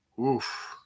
Oof